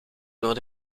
door